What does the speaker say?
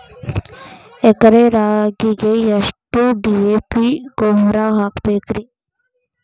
ಎಕರೆ ರಾಗಿಗೆ ಎಷ್ಟು ಡಿ.ಎ.ಪಿ ಗೊಬ್ರಾ ಹಾಕಬೇಕ್ರಿ?